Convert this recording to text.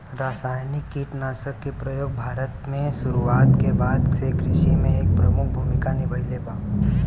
रासायनिक कीटनाशक के प्रयोग भारत में शुरुआत के बाद से कृषि में एक प्रमुख भूमिका निभाइले बा